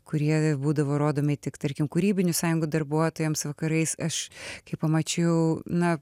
kurie būdavo rodomi tik tarkim kūrybinių sąjungų darbuotojams vakarais aš kai pamačiau na